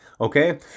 Okay